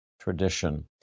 tradition